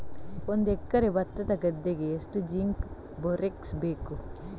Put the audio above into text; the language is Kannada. ಒಂದು ಎಕರೆ ಭತ್ತದ ಗದ್ದೆಗೆ ಎಷ್ಟು ಜಿಂಕ್ ಬೋರೆಕ್ಸ್ ಬೇಕು?